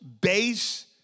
base